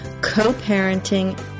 Co-Parenting